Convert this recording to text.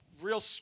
Real